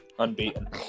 Unbeaten